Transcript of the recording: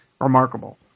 remarkable